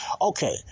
Okay